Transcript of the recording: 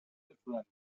indifferent